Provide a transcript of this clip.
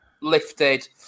lifted